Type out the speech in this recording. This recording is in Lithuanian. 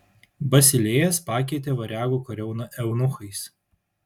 basilėjas pakeitė variagų kariauną eunuchais